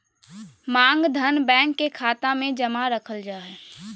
मांग धन, बैंक के खाता मे जमा रखल जा हय